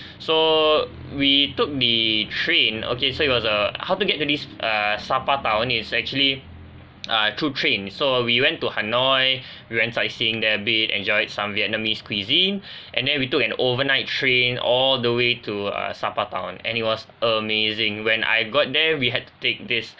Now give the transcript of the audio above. so we took the train okay so it was a how to get the this err sa pa town is actually uh through train so we went to hanoi we went sightseeing there a bit enjoyed some vietnamese cuisine and then we took an overnight train all the way to uh sa pa town and it was amazing when I got there we had to take this